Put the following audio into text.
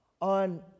on